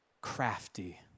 crafty